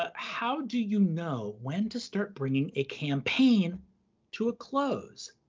ah how do you know when to start bringing a campaign to a close?